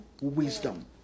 wisdom